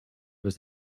was